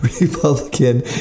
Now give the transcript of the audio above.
republican